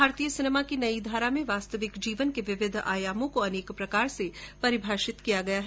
भारतीय सिनेमा की नई धारा में वास्तविक जीवन के विविध आयामों को अनेक प्रकार से परिभाषित किया गया है